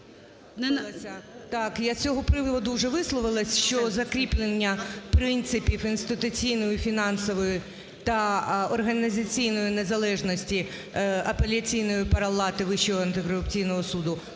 я з цього приводу вже висловилась, що закріплення принципів інституційної фінансової та організаційної незалежності Апеляційної палати Вищого антикорупційного суду.